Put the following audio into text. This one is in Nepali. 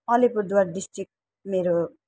अलिपुरद्वार डिस्ट्रिक्ट मेरो